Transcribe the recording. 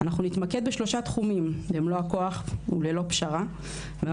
אנחנו נתמקד בשלושה תחומים במלוא הכוח וללא פשרה: 1)